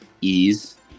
ease